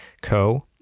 co